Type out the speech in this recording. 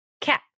cat